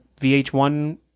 VH1